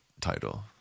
title